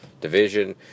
division